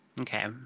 Okay